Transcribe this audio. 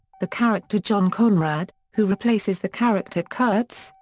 the character john konrad, who replaces the character kurtz,